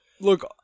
Look